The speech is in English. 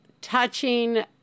touching